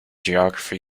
geography